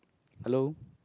hello